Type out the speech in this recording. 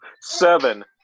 Seven